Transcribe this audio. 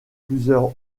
plusieurs